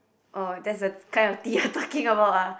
orh that's the kind of tea you're talking about ah